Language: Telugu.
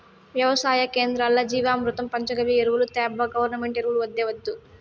వెవసాయ కేంద్రాల్ల జీవామృతం పంచగవ్య ఎరువులు తేబ్బా గవర్నమెంటు ఎరువులు వద్దే వద్దు